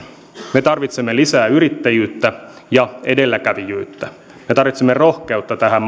me tarvitsemme lisää yrittäjyyttä ja edelläkävijyyttä me tarvitsemme rohkeutta tähän